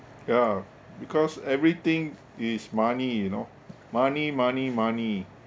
ya because everything is money you know money money money